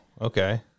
okay